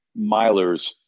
milers